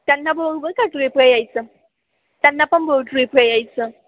त्यांना बोल का ट्रीपला यायचं त्यांना पण बोल ट्रीफला यायचं